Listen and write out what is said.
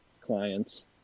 clients